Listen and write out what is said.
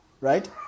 right